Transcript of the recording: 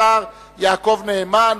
השר יעקב נאמן.